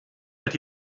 that